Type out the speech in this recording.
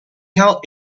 held